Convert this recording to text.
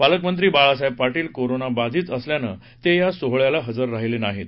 पालकमंत्री बाळासाहेब पाटील कोरोना बाधित असल्यानं ते या सोहळ्याला हजर राहिले नाहीत